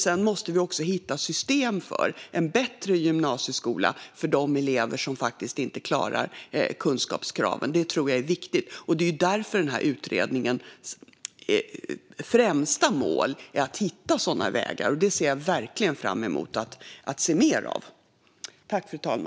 Sedan måste vi också hitta system för en bättre gymnasieskola för de elever som inte klarar kunskapskraven. Det tror jag är viktigt. Det är därför den här utredningens främsta mål är att hitta sådana vägar. Det ser jag verkligen fram emot att se mer av.